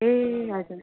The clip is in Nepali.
ए हजुर